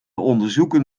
onderzoeken